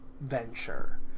venture